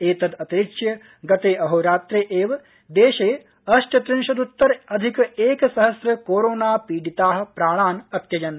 एतद् अतिरिच्य गते अहोरात्रे एव देशो अष्टत्रिंशदृत्तर अधिक एकसहस्र कोरोणा पीडिता प्राणान् अत्यजन्